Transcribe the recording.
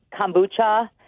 kombucha